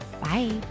Bye